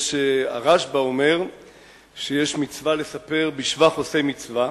הרשב"א אומר שיש מצווה לספר בשבח עושי מצווה,